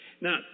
Now